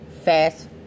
fast